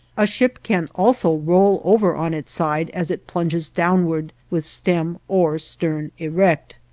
a ship can also roll over on its side as it plunges downwards with stem or stern erect.